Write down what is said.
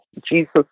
Jesus